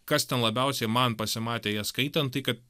kas ten labiausiai man pasimatė ją skaitant tai kad